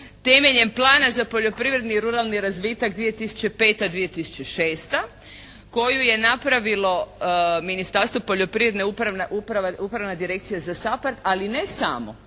temeljem plana za poljoprivredni i ruralni razvitak 2005./2006. koju je napravilo Ministarstvo poljoprivrede, Upravna direkcija za SAPARD, ali ne samo.